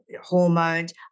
hormones